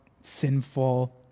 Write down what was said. sinful